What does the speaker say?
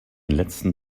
letzten